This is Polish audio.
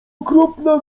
okropna